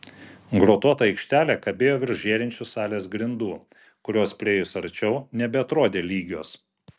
grotuota aikštelė kabėjo virš žėrinčių salės grindų kurios priėjus arčiau nebeatrodė lygios